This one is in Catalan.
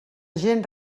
gent